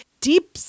deep